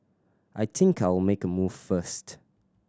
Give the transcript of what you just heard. I think I'll make a move first